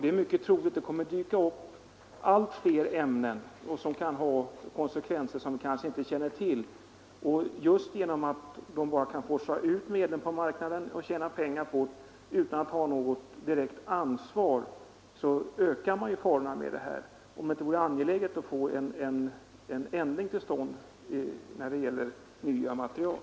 Det är mycket troligt att det kommer att dyka upp allt fler ämnen med konsekvenser som vi inte känner till. Just genom att tillverkarna bara kan föra ut nya medel på marknaden och tjäna pengar på dem utan att ha direkt ansvar ökas farorna. Jag anser att det vore angeläget att få en ändring till stånd när det gäller nya material.